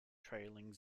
trailing